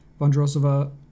Vondrosova